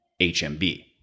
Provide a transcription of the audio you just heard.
HMB